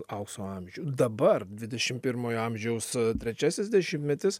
aukso amžių dabar dvidešim pirmojo amžiaus trečiasis dešimtmetis